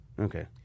Okay